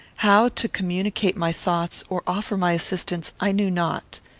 how to communicate my thoughts, or offer my assistance, i knew not.